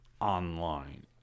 online